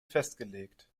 festgelegt